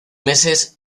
meses